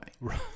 Right